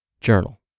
Journal